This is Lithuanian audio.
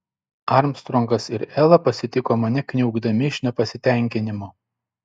armstrongas ir ela pasitiko mane kniaukdami iš nepasitenkinimo